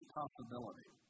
possibility